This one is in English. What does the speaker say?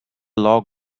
log